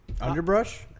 underbrush